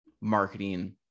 marketing